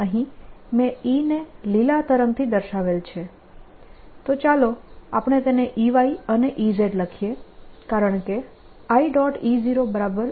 અહીં મેં E ને લીલા રંગથી દર્શાવેલ છે તો ચાલો આપણે તેને Ey અને Ez લખીએ કારણકે i